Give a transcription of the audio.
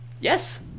Yes